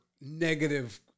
negative